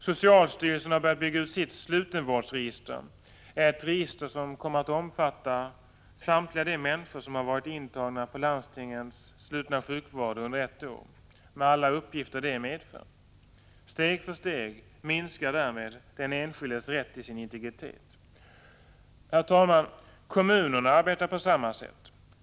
Socialstyrelsen har börjat bygga ut sitt slutenvårdsregister, ett register som kommer att omfatta samtliga de människor som har varit intagna på landstingens slutna sjukvård under ett år — med alla uppgifter det medför. Steg för steg minskar därmed den enskildes rätt till sin integritet. Kommunerna arbetar på samma sätt.